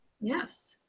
Yes